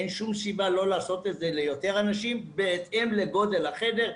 אין שום סיבה לא לעשות את זה ליותר אנשים בהתאם לגודל החדר,